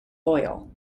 loyal